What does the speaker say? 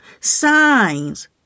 signs